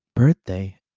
Birthday